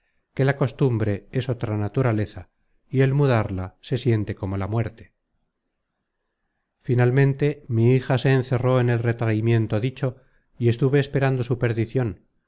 que la costumbre es otra naturaleza y el mudarla se siente como la muerte finalmente mi hija se encerró en el retraimiento dicho y estuve esperando su perdicion